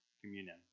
communion